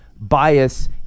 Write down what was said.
bias